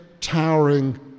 towering